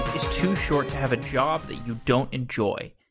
is too short to have a job that you don't enjoy.